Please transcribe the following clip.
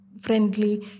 friendly